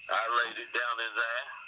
laid it down in there. i